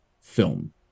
film